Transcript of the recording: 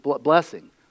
blessing